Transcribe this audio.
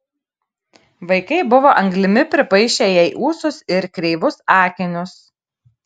vaikai buvo anglimi pripaišę jai ūsus ir kreivus akinius